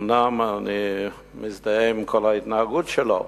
אומנם אני מזדהה עם כל ההתנהגות שלו,